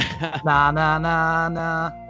Na-na-na-na